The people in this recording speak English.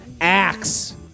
axe